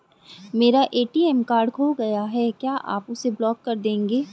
मेरा ATM card खो गया है क्या आप उसे ब्लॉक कर देंगे?